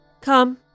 Come